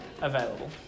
available